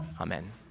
Amen